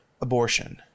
abortion